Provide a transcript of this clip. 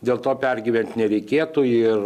dėl to pergyvent nereikėtų ir